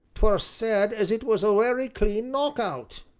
t were said as it was a werry clean knock-out.